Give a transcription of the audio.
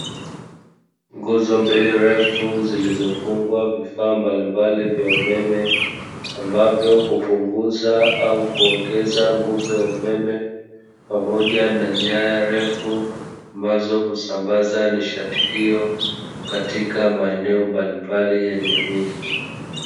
Nguzo mbili refu zilizofungwa vifaa mbalimbali vya umeme, ambavyo hupunguza au kuongeza nguvu ya umeme pamoja na nyaya refu, ambazo husambaza nishati hiyo katika maeneo mbalimbali ya jamii.